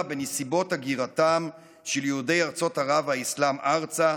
בנסיבות הגירתם של יהודי ארצות ערב והאסלאם ארצה,